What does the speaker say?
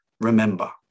remember